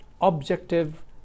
objective